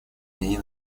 ней